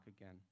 again